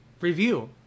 review